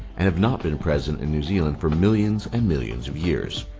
and have not been present in new zealand for millions and millions of years.